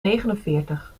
negenenveertig